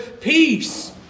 Peace